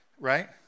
Right